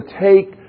take